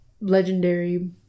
legendary